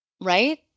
right